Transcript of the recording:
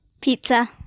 Pizza